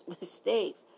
mistakes